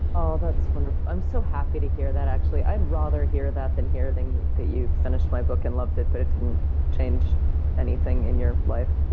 oh, that's wonderful. i'm so happy to hear that actually. i'd rather hear that than hear that you finished my book and loved it, but it didn't change anything in your life.